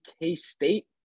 K-State